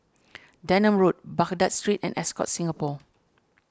Denham Road Baghdad Street and Ascott Singapore